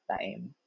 time